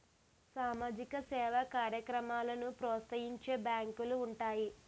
సామాజిక సేవా కార్యక్రమాలను ప్రోత్సహించే బ్యాంకులు ఉంటాయి